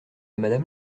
madame